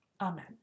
Amen